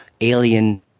alien